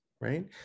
right